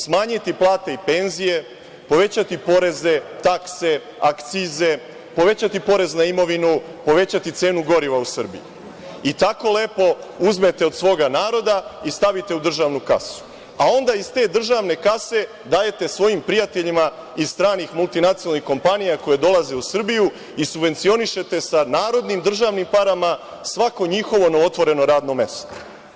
Smanjiti plate i penzije, povećati poreze, takse, akcize, povećati porez na imovinu, povećati cenu goriva u Srbiji i tako lepo uzmete od svoga naroda i stavite u državnu kasu, a onda iz te državne kase dajete svojim prijateljima iz stranih multinacionalnih kompanija koji dolaze u Srbiju i subvencionišete sa narodnim državnim parama svako njihovo novootvoreno radno mesto.